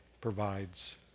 provides